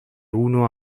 uno